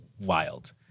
wild